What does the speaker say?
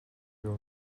your